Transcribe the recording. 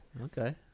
Okay